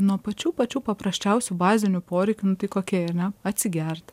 nuo pačių pačių paprasčiausių bazinių poreikių nu tai kokie jie ane atsigert